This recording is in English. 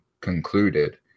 concluded